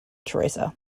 teresa